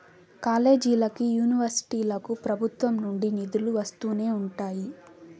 కాలేజీలకి, యూనివర్సిటీలకు ప్రభుత్వం నుండి నిధులు వస్తూనే ఉంటాయి